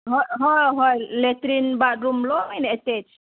ꯍꯣꯏ ꯍꯣꯏ latrine bathroom ꯂꯣꯏꯅ ꯑꯦꯇꯦꯁ